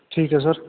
ਠੀਕ ਹੈ ਸਰ